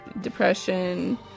depression